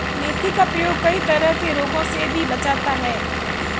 मेथी का प्रयोग कई तरह के रोगों से भी बचाता है